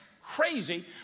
crazy